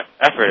effort